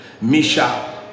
Misha